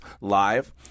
live